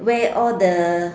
wear all the